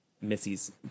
Missy's